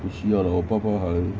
不需要啦我爸爸还